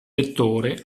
lettore